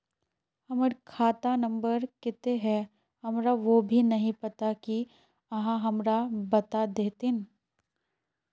हमर खाता नम्बर केते है हमरा वो भी नहीं पता की आहाँ हमरा बता देतहिन?